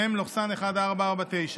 מ/1449,